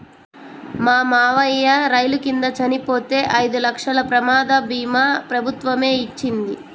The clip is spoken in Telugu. మా మావయ్య రైలు కింద చనిపోతే ఐదు లక్షల ప్రమాద భీమా ప్రభుత్వమే ఇచ్చింది